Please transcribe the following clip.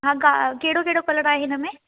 हा का कहिड़ो कहिड़ो कलर आहे हिन में